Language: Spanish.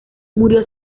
murió